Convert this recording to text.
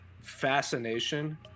fascination